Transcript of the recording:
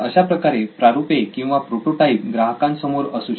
तर अशाप्रकारे प्रारूपे किंवा प्रोटोटाइप हे अनेक प्रकारे उपयोगी ठरतात